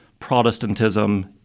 Protestantism